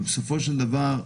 ובסופו של דבר,